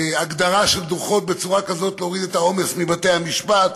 הגדרה של דוחות בצורה כזאת שתוריד את העומס מבתי המשפט.